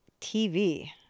TV